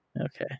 Okay